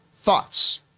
thoughts